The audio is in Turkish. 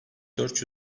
dört